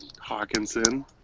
Hawkinson